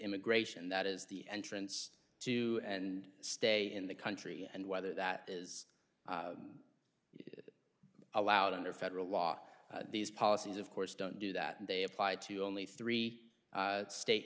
immigration that is the entrance to and stay in the country and whether that is allowed under federal law these policies of course don't do that they apply to only three state